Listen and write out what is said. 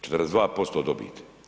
42% dobiti?